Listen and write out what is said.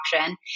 option